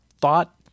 thought